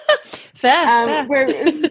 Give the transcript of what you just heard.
Fair